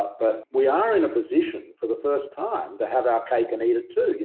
but we are in a position for the first time to have our cake and eat it too,